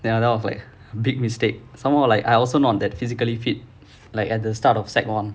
then that was like a big mistake some more like I also not that physically fit like at the start of secondary one